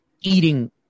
eating